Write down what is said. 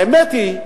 האמת היא,